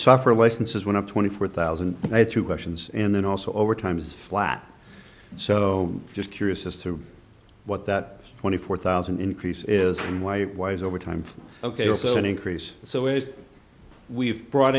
suffer licenses went up twenty four thousand and two questions and then also over time is flat so just curious as to what that twenty four thousand increase is and why why is overtime ok it's an increase so as we've brought